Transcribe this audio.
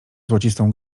złocistą